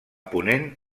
ponent